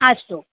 अस्तु